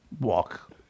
Walk